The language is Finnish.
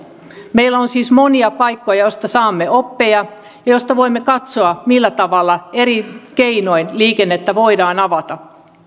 meillä on siis monia paikkoja joista saamme oppeja ja joista voimme katsoa millä tavalla eri keinoin liikennettä voidaan avata